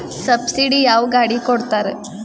Subsidy ಯಾವ ಗಾಡಿಗೆ ಕೊಡ್ತಾರ?